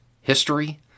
history